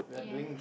yeah